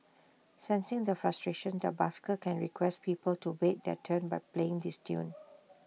sensing the frustration the busker can request people to wait their turn by playing this tune